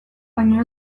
baino